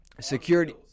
Security